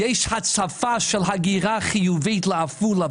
יש הצפה של הגירה חיובית לעפולה,